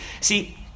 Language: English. See